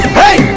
hey